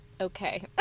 Okay